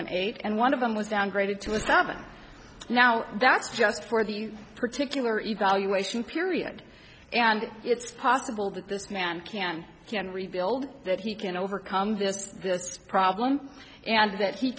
eight and one of them was downgraded to a seven now that's just for the particular evaluation period and it's possible that this man can can rebuild that he can overcome this this problem and that he